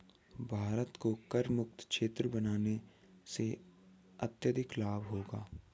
भारत को करमुक्त क्षेत्र बनाने से अत्यधिक लाभ होगा